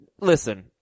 Listen